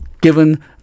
given